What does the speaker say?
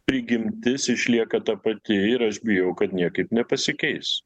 prigimtis išlieka ta pati ir aš bijau kad niekaip nepasikeis